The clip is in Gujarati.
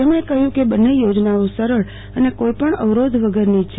તેમણે કહ્યુ કે બંને યોજનાઓ સરળ અને કોઈ પણ અવરોધ વગરની છે